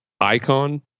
icon